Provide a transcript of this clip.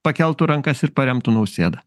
pakeltų rankas ir paremtų nausėdą